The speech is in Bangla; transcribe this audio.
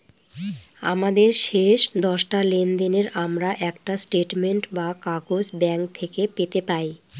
আমাদের শেষ দশটা লেনদেনের আমরা একটা স্টেটমেন্ট বা কাগজ ব্যাঙ্ক থেকে পেতে পাই